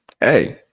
Hey